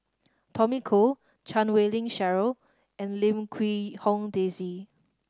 Tommy Koh Chan Wei Ling Cheryl and Lim Quee Hong Daisy